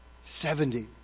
seventy